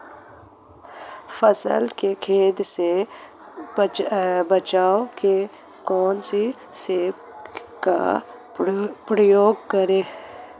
फसल को कीट से बचाव के कौनसे स्प्रे का प्रयोग करें?